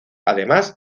además